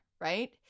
right